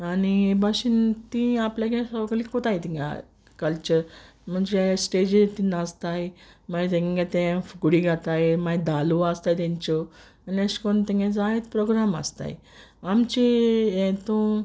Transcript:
आनी हे भाशीन तीं आपल्यागे सोगलें कोताय तिंगा कल्चर म्हुणचे स्टॅजीर तीं नाचताय मागी तेंगे तें फुगडी घाताय मागी धालो आसता तेंच्यो आनी तेशकोन्न तेंगे जायते प्रोग्राम आसताय आमचे हेंतून